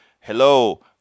Hello